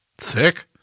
Sick